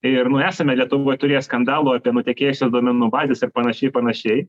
ir nu esame lietuvoj turėję skandalų apie nutekėjusias duomenų bazes ir panašiai panašiai